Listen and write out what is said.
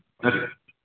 சரி